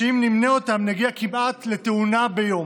שאם נמנה אותם נגיע כמעט לתאונה ביום.